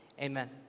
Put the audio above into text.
Amen